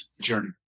journey